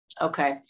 Okay